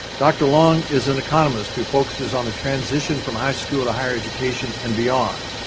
dr. long is an economist who focuses on the transition from high school to higher education and beyond.